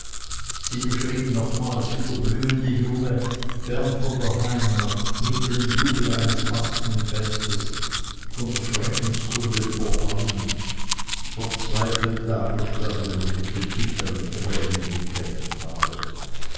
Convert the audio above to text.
sie beschrieb nochmals wie der blühende junge fern von der heimat mitten im jubel eines maskenfestes von der schreckenskunde überfallen verzweifelt dagestanden und mit den bitteren tränen gekämpft habe